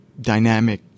dynamic